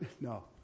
No